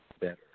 better